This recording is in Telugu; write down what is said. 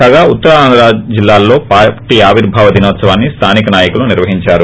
కాగా ఉత్తరాంధ్ర జిల్లాల్లో పార్టీ ఆవిర్బావ దినోత్సవాన్ని స్థానిక నాయకులు నిర్వహించారు